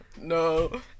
No